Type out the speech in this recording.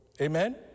Amen